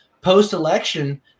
post-election